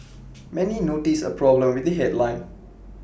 many noticed A problem with the headline